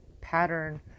pattern